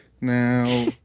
Now